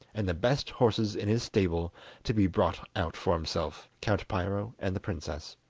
and the best horses in his stable to be brought out for himself, count piro and the princess.